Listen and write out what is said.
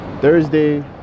Thursday